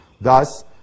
Thus